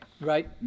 Right